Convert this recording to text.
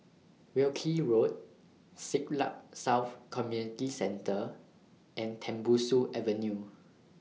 Wilkie Road Siglap South Community Centre and Tembusu Avenue